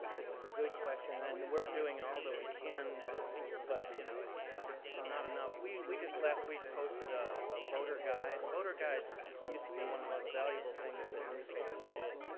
it's a good question and we're doing all that we can but you know it's it's not enough. we we just last week posted a ah voter guide. voter guides used to be one of the most valuable things that newspapers did.